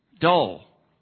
dull